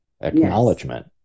acknowledgement